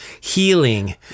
Healing